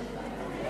לא,